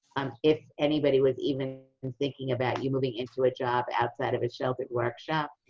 if anybody was even and thinking about you moving into a job outside of a sheltered workshop.